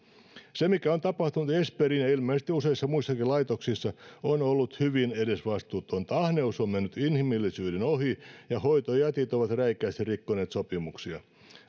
se mikä on tapahtunut esperissä ja ilmeisesti useissa muissakin laitoksissa on ollut hyvin edesvastuutonta ahneus on mennyt inhimillisyyden ohi ja hoitojätit ovat räikeästi rikkoneet sopimuksia